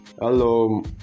Hello